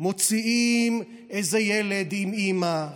מוציאים איזה ילד עם אימא,